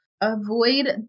Avoid